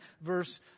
verse